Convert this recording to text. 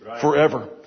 forever